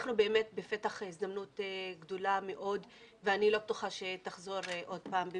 אנחנו בפתח הזדמנות גדולה מאוד ואני לא בטוחה שהיא תחזור שוב.